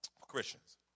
Christians